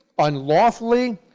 unlawfully,